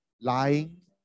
lying